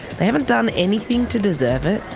they haven't done anything to deserve it,